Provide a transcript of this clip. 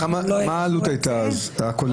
מה הייתה העלות הכוללת?